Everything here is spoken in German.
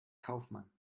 kaufmann